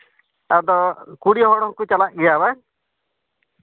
ᱟᱫᱚ ᱠᱩᱲᱤ ᱦᱚᱲ ᱦᱚᱸᱠᱚ ᱪᱟᱞᱟᱜ ᱜᱮᱭᱟ ᱵᱟᱝ